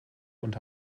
und